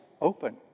open